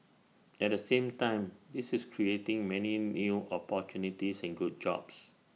at the same time this is creating many new opportunities and good jobs